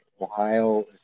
Ohio